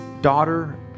daughter